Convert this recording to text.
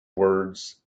words